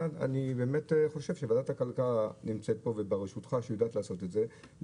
אני חושב שוועדת הכלכלה נמצאת פה ויודעת לעשות את זה בראשותך,